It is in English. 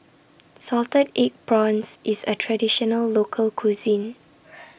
Salted Egg Prawns IS A Traditional Local Cuisine